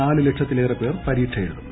നാല് ലക്ഷത്തിലേറെ പേർ പരീക്ഷ എഴുതും